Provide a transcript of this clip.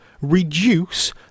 reduce